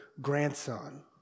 grandson